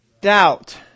doubt